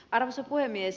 arvoisa puhemies